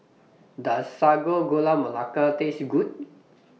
Does Sago Gula Melaka Taste Good